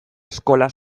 eskola